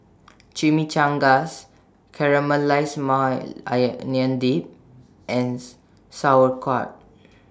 Chimichangas Caramelized Maui Dip and Sauerkraut